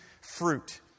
fruit